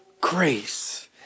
grace